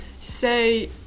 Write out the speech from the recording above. say